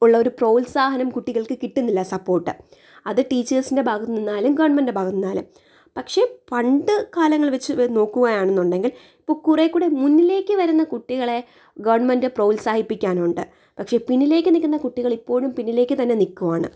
ഉള്ള ഒരു പ്രോത്സാഹനം കുട്ടികൾക്ക് കിട്ടുന്നില്ല സപ്പോർട്ട് അത് ടീച്ചേഴ്സിന്റെ ഭാഗത്തുനിന്ന് ആയാലും ഗവൺമെന്റിന്റെ ഭാഗത്തുനിന്ന് ആയാലും പക്ഷേ പണ്ട് കാലങ്ങളിൽ വെച്ച് നോക്കുകയാണെന്നുണ്ടെങ്കിൽ ഇപ്പം കുറെക്കൂടി മുന്നിലേക്ക് വരുന്ന കുട്ടികളെ ഗവൺമെന്റ് പ്രോത്സാഹിപ്പിക്കാൻ ഉണ്ട് പക്ഷേ പിന്നിലേക്ക് നിൽക്കുന്ന കുട്ടികൾ ഇപ്പോഴും പിന്നിലേക്ക് തന്നെ നിൽക്കുവണ്